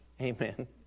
Amen